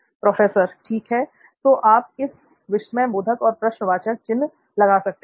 professor ठीक है तो आप विस्मय बोधक और प्रश्नवाचक चिन्ह लगा सकते हैं